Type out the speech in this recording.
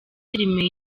filimi